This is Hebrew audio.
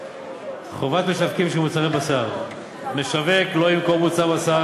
חובת משווקים של מוצרי בשר: משווק לא ימכור מוצר בשר